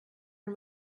and